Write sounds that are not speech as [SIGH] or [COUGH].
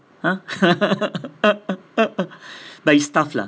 !huh! [LAUGHS] but it's tough lah